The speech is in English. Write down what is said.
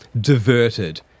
diverted